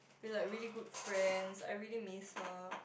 we like really good friends I really miss her